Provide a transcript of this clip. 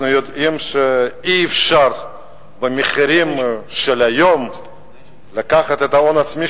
אנחנו יודעים שאי-אפשר במחירים של היום לקחת הון עצמי